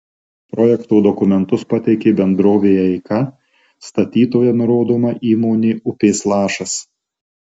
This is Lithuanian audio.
projekto dokumentus pateikė bendrovė eika statytoja nurodoma įmonė upės lašas